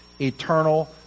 eternal